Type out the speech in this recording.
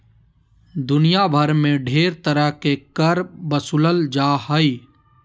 दुनिया भर मे ढेर तरह के कर बसूलल जा हय